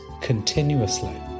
continuously